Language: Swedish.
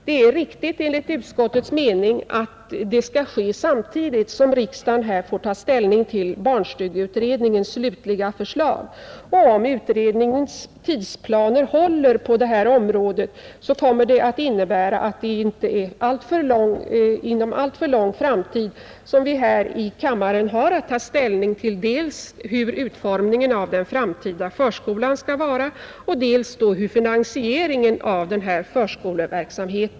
Det är riktigt enligt utskottets mening att det skall ske när barnstugeutredningens slutliga förslag föreligger. Om utredningens tidsplaner håller på detta område kommer riksdagen inom en inte alltför avlägsen framtid att få ta ställning till dels utformningen av den framtida förskolan, dels finansieringen av denna förskoleverksamhet.